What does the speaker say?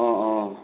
অঁ অঁ